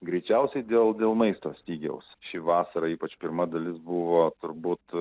greičiausiai dėl dėl maisto stygiaus ši vasara ypač pirma dalis buvo turbūt